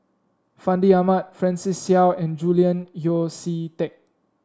Fandi Ahmad Francis Seow and Julian Yeo See Teck